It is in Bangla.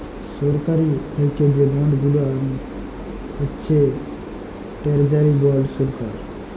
সরকারি থ্যাকে যে বল্ড গুলান হছে টেরজারি বল্ড সরকার